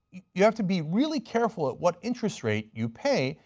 you have to be really careful what interest rate you pay,